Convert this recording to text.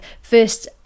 first